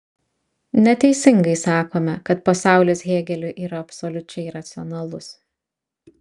neteisingai sakome kad pasaulis hėgeliui yra absoliučiai racionalus